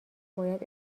باید